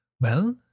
Well